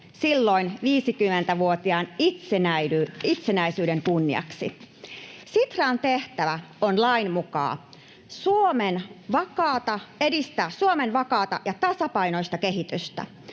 silloin 50-vuotiaan itsenäisyyden kunniaksi. Sitran tehtävä on lain mukaan edistää Suomen vakaata ja tasapainoista kehitystä,